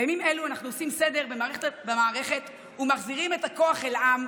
בימים אלו אנחנו עושים סדר במערכת ומחזירים את הכוח אל העם,